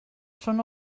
són